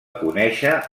conèixer